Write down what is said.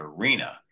arena